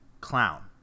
Clown